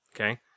okay